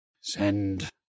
Send